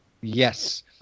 Yes